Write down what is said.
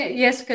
yes